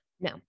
No